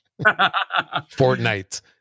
Fortnite